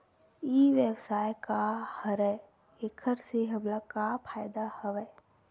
ई व्यवसाय का हरय एखर से हमला का फ़ायदा हवय?